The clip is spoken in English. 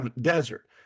desert